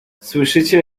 słyszycie